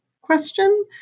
question